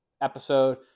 episode